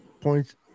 points